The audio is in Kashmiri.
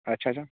اچھا اچھا